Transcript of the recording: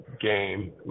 game